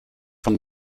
von